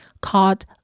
called